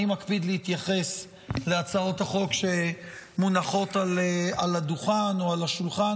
אני מקפיד להתייחס להצעות החוק שמונחות על השולחן,